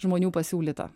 žmonių pasiūlyta